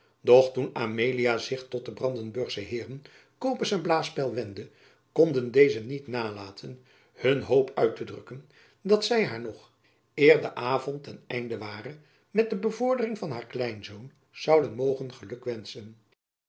doch toen amelia zich tot de brandenburgsche heeren copes en blaespeil wendde konden deze niet nalaten hun hoop uit te drukken dat zy haar nog eer de avond ten einde ware met de bevordering van haar kleinzoon zouden mogen gelukwenschen